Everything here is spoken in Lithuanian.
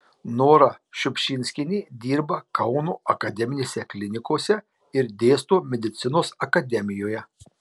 nora šiupšinskienė dirba kauno akademinėse klinikose ir dėsto medicinos akademijoje